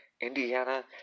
Indiana